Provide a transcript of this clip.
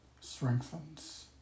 strengthens